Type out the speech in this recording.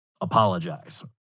apologize